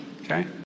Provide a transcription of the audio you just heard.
okay